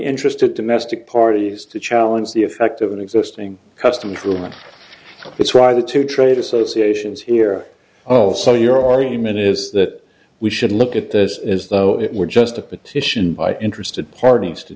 interested domestic parties to challenge the effect of an existing customer that's why the two trade associations here oh so your are human is that we should look at this is though it were just a petition by interested parties to